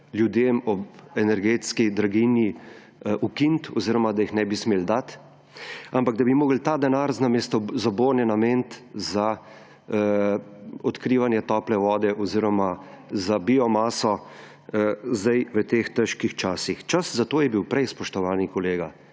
ljudem ob energetski draginji ukiniti oziroma da jih ne bi smeli dati, ampak da bi morali ta denar namesto za bone nameniti za odkrivanje tople vode oziroma za biomaso zdaj v teh težkih časih. Čas za to je bil prej, spoštovani kolega.